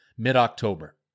mid-October